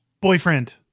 boyfriend